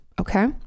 okay